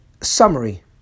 summary